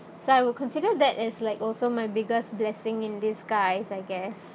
so I will consider that as like also my biggest blessing in disguise I guess